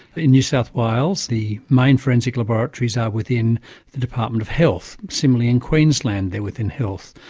in new south wales, the main forensic laboratories are within the department of health, similarly in queensland they're within health.